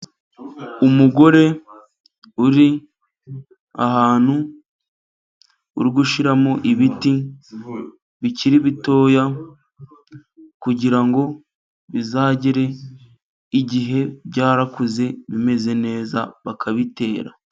Umugore uri ahantu uri gushyiramo ibiti bikiri bitoya, kugira ngo bizagere igihe byarakuze bimeze neza, bakabitera.